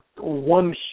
one